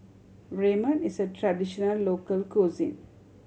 ramen is a traditional local cuisine